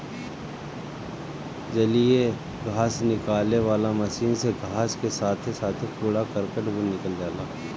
जलीय घास निकाले वाला मशीन से घास के साथे साथे कूड़ा करकट भी निकल जाला